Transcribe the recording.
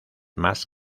más